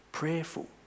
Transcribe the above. prayerful